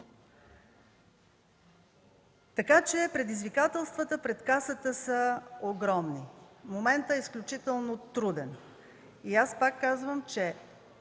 Така че предизвикателствата пред Касата са огромни. Моментът е изключително труден. И аз пак казвам, че